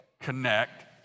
connect